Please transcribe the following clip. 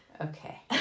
Okay